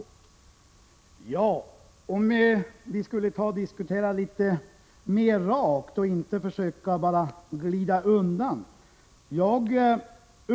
Herr talman! Jag tror att vi skall diskutera litet mera rakt och inte bara försöka glida undan.